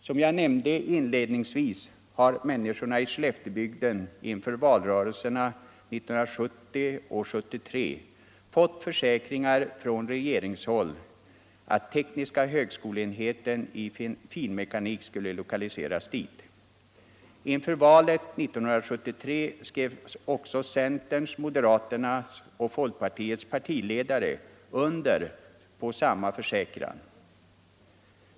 Som jag nämnde inledningsvis har människorna i Skelleftebygden inför valrörelserna 1970 och 1973 fått försäkringar från regeringshåll att tekniska högskole-enheten i finmekanik skulle lokaliseras dit. Inför valet 1973 skrev också centerns, moderaternas och folkpartiets partiledare under samma försäkran.